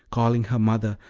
calling her mother,